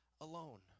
alone